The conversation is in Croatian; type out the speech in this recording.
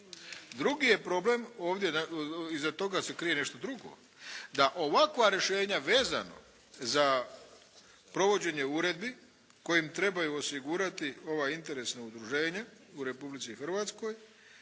Drugi je problem, ovdje iza toga se krije nešto drugo, da ovakva rješenja vezano za provođenje uredbi kojim trebaju osigurati ova interesna udruženja u Republici Hrvatskoj,